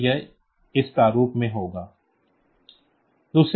तो यह इस प्रारूप में होगा